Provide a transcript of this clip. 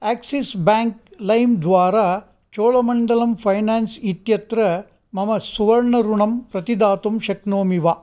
axis bank लैम् द्वारा Cholamandalam finance इत्यत्र मम सुवर्णऋणं प्रतिदातुं शक्नोमि वा